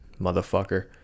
motherfucker